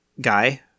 guy